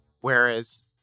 Whereas